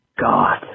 God